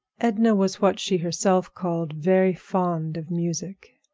edna was what she herself called very fond of music.